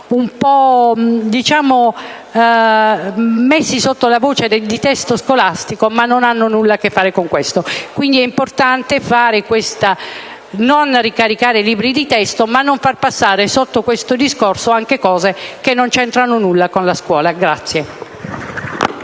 vengono messi sotto la voce "testo scolastico" quando non hanno nulla a che fare con questo. Quindi, è importante non ricaricare sui libri di testo, ma anche non far passare sotto questo discorso questioni che non c'entrano nulla con la scuola.